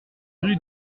rue